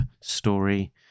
story